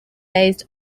based